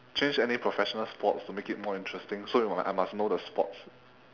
change any professional sports to make it more interesting so you I must know the sports